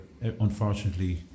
unfortunately